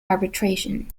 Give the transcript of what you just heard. arbitration